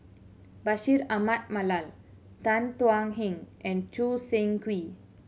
Bashir Ahmad Mallal Tan Thuan Heng and Choo Seng Quee